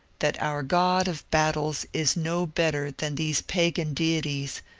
that our god of battles is no better than these pagan deities,